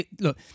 Look